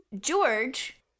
George